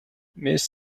miss